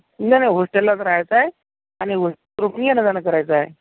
नाही नाही होस्टेललाच राहायचंय आणि होस्टेलवरून येणं जाणं करायचंय